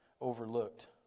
overlooked